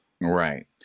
Right